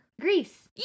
greece